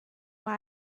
why